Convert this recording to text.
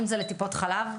אם זה לטיפות חלב.